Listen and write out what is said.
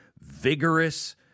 vigorous